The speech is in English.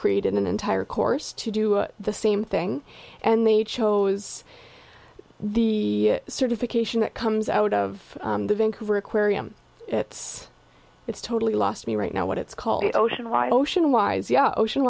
created an entire course to do the same thing and they chose the certification that comes out of the vancouver aquarium it's it's totally lost me right now what it's called ocean